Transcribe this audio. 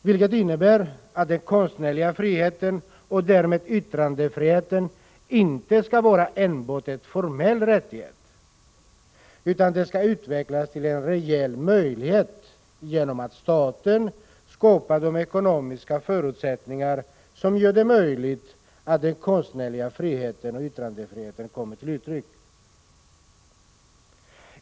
Det innebär att den konstnärliga friheten och därmed yttrandefriheten inte skall vara enbart en formell rättighet, utan den skall utvecklas till en reell möjlighet genom att staten skapar de ekonomiska förutsättningar som gör det möjligt att den konstnärliga friheten och yttrandefriheten kommer till uttryck.